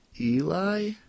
Eli